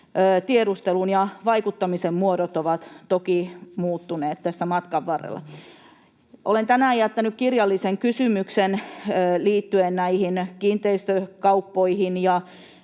Tiedustelun ja vaikuttamisen muodot ovat toki muuttuneet tässä matkan varrella. Olen tänään jättänyt kirjallisen kysymyksen liittyen näihin kiinteistökauppoihin ja